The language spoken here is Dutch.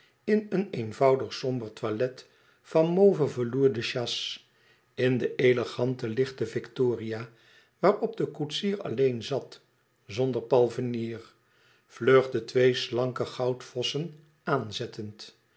in een eenvoudig somber toilet van mauve velours de chasse in de elegante lichte victoria waarop de koetsier alleen zat zonder palfrenier vlug de twee slanke goudvossen aanzettend